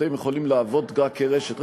אתם יכולים לעבוד רק כרשת,